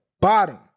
bottom